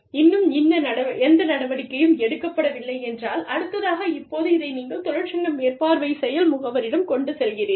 இன்னும் எந்த நடவடிக்கையும் எடுக்கப்படவில்லை என்றால் அடுத்ததாக இப்போது இதை நீங்கள் தொழிற்சங்க மேற்பார்வை செயல் முகவரிடம் கொண்டு செல்கிறீர்கள்